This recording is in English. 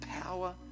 power